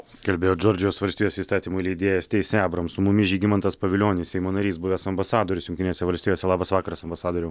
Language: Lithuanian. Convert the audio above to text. kalbėjo džordžijos valstijos įstatymų leidėja steisi ebrams su mumis žygimantas pavilionis seimo narys buvęs ambasadorius jungtinėse valstijose labas vakaras ambasadoriau